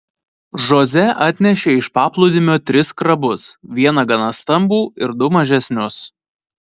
žoze atnešė iš paplūdimio tris krabus vieną gana stambų ir du mažesnius